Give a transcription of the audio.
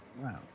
Wow